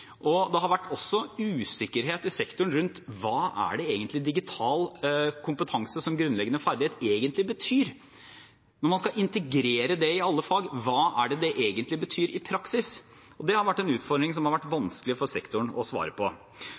hva digital kompetanse som grunnleggende ferdighet egentlig betyr. Når man skal integrere det i alle fag, hva betyr det egentlig i praksis? Det har vært en utfordring som det har vært vanskelig for sektoren å svare på.